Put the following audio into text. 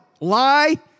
Lie